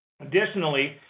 Additionally